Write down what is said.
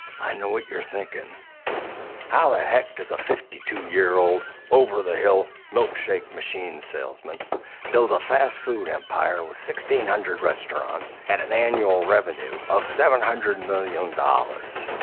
i know what you're thinking how the heck does a fifty two years old over the hill milkshake machine salesman build a fast food empire with sixteen hundred restaurants and an annual revenue of seven hundred millions dollars.